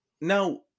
Now